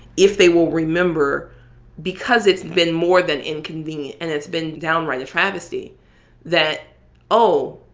if they will remember because it's been more than inconvenient and it's been downright a travesty that oh,